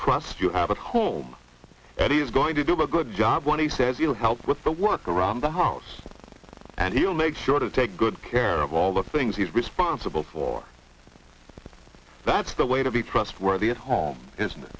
crust you have at home and he's going to do a good job when he says you'll help with the work around the house and he'll make sure to take good care of all the things he's responsible for that's the way to be trustworthy at home